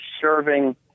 serving